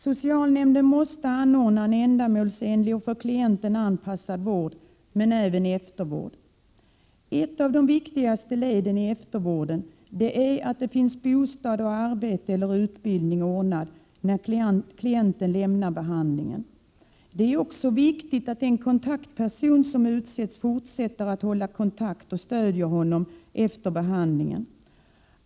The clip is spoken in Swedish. Socialnämnden måste anordna en ändamålsenlig och för klienten anpassad vård — men även eftervård. ' Ett av de viktigaste leden i eftervården är att det finns bostad och arbete eller utbildning ordnad när klienten lämnar behandlingen. Det är också viktigt att den kontaktperson som utsetts fortsätter att hålla kontakt och stödjer honom efter behandlingen.